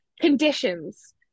Conditions